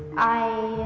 i